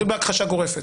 הוא מתחיל בהכחשה גורפת,